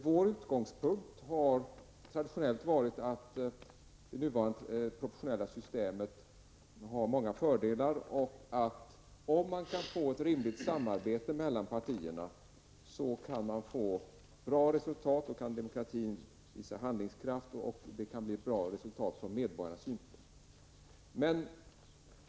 Vår utgångspunkt har traditionellt varit att det nuvarande proportionella systemet har många fördelar och att man, om man kan få ett rimligt samarbete mellan partierna, kan få bra resultat och att demokratin då kan visa handlingskraft och ge ett från medborgarnas synpunkt bra resultat.